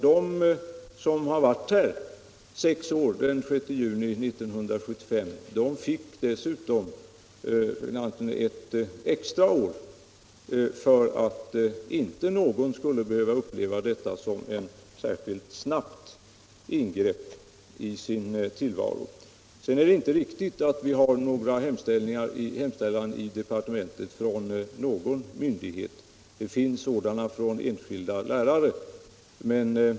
De som hade varit här i sex år den 6 juni 1975 fick ett extra år för att inte någon skulle behöva uppleva detta som ett särskilt snabbt ingrepp i sin tillvaro. Sedan är det inte riktigt att vi i departementet skulle ha några ansökningar från myndigheter. Det finns ansökningar från enskilda lärare.